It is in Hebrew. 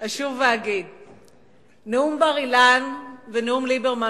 אשוב ואגיד: נאום בר-אילן ונאום ליברמן